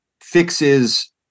fixes